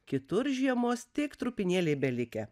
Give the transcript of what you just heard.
kitur žiemos tik trupinėliai belikę